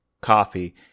coffee